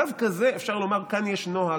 דווקא בזה, אפשר לומר שכאן יש נוהג,